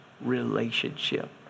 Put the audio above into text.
relationship